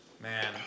Man